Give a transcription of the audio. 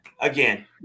again